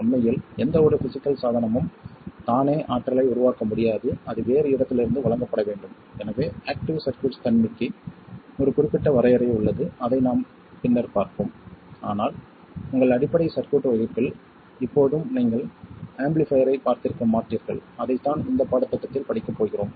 உண்மையில் எந்த ஒரு பிஸிக்கல் சாதனமும் தானே ஆற்றலை உருவாக்க முடியாது அது வேறு இடத்திலிருந்து வழங்கப்பட வேண்டும் எனவே ஆக்ட்டிவ் சர்க்யூட்ஸ் தன்மைக்கு ஒரு குறிப்பிட்ட வரையறை உள்ளது அதை நாம் பின்னர் பார்ப்போம் ஆனால் உங்கள் அடிப்படை சர்க்யூட் வகுப்பில் இப்போதும் நீங்கள் ஆம்பிளிஃபைரைப் பார்த்திருக்க மாட்டீர்கள் அதைத்தான் இந்த பாடத்திட்டத்தில் படிக்கப் போகிறோம்